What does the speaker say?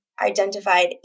identified